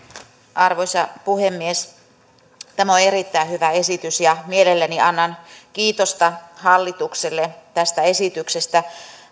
arvoisa puhemies tämä on erittäin hyvä esitys ja mielelläni annan kiitosta hallitukselle tästä esityksestä